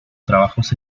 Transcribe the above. trabajos